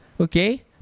okay